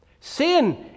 Sin